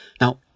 Now